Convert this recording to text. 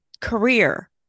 career